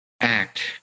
act